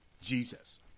Jesus